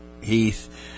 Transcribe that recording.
Heath